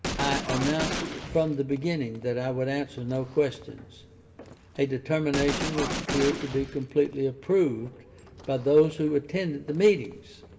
announced from the beginning that i would answer no questions a determination which appeared to be completely approved by those who attended the meetings.